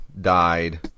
died